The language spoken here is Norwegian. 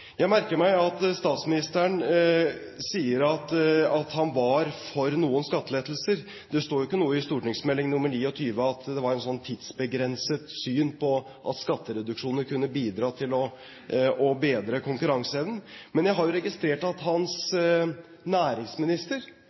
Jeg merker meg at statsministeren sier at han var for noen skattelettelser. Det står jo ikke noe i St.meld. nr. 29 for 2000–2001 om at det var et tidsbegrenset syn på at skattereduksjoner kunne bidra til å bedre konkurranseevnen. Men jeg har registrert at hans næringsminister